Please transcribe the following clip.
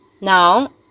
Now